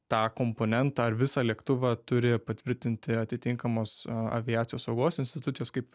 tą komponentą ar visą lėktuvą turi patvirtinti atitinkamos aviacijos saugos institucijos kaip